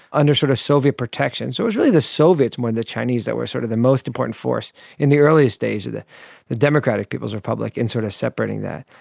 under sort of soviet protection, so it was really the soviets more than the chinese that were sort of the most important force in the early stage of the the democratic people's republic, in sort of separating that.